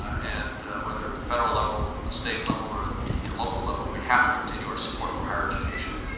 and whether at the federal level, the the state level or the local level, we have to continue our support for higher education.